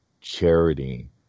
charity